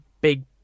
big